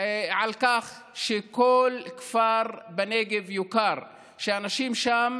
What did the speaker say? על כך שכל כפר בנגב יוכר, שאנשים שם